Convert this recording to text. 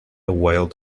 wild